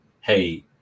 hey